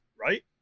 right